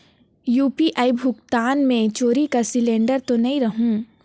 UPI भुगतान मे चोरी कर सिलिंडर तो नइ रहु?